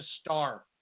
star